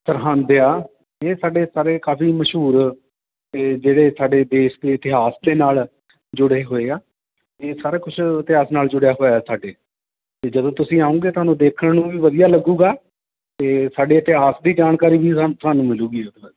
ਸਰਹੰਦ ਆ ਇਹ ਸਾਡੇ ਸਾਰੇ ਕਾਫੀ ਮਸ਼ਹੂਰ ਅਤੇ ਜਿਹੜੇ ਸਾਡੇ ਦੇਸ਼ ਦੇ ਇਤਿਹਾਸ ਦੇ ਨਾਲ ਜੁੜੇ ਹੋਏ ਆ ਇਹ ਸਾਰਾ ਕੁਝ ਇਤਿਹਾਸ ਨਾਲ ਜੁੜਿਆ ਹੋਇਆ ਸਾਡੇ ਜਦੋਂ ਤੁਸੀਂ ਆਓਂਗੇ ਤੁਹਾਨੂੰ ਦੇਖਣ ਨੂੰ ਵੀ ਵਧੀਆ ਲੱਗੂਗਾ ਅਤੇ ਸਾਡੇ ਇਤਿਹਾਸ ਦੀ ਜਾਣਕਾਰੀ ਵੀ ਸਾ ਸਾਨੂੰ ਮਿਲੂਗੀ